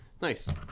Nice